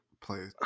Play